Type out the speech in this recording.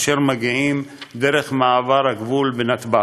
אשר מגיעים דרך מעבר הגבול בנתב"ג.